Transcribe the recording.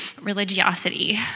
religiosity